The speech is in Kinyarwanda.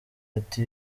ati